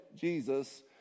Jesus